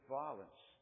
violence